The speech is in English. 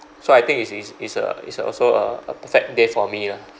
so I think is is is a is a also a a perfect day for me lah